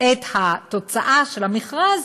את התוצאה של המכרז,